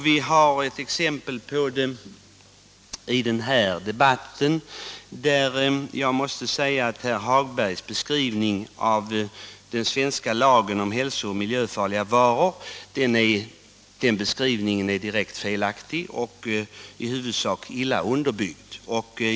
Vi har ett exempel på det i den här debatten, där herr Hagbergs i Borlänge beskrivning av den svenska lagen om hälsooch miljöfarliga varor är direkt felaktig och i huvudsak illa underbyggd.